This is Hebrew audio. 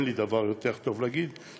אין לי דבר יותר טוב להגיד,